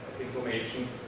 information